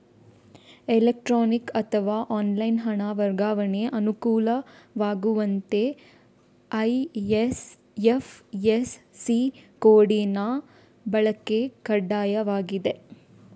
electronic ಅಥವಾ online ಹಣ ವರ್ಗಾವಣೆಗೆ ಅನುಕೂಲವಾಗುವಂತೆ ಐ.ಎಫ್.ಎಸ್.ಸಿ ಕೋಡಿನ ಬಳಕೆ ಕಡ್ಡಾಯವಾಗಿದೆ